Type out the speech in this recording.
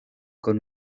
con